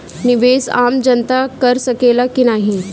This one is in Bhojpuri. निवेस आम जनता कर सकेला की नाहीं?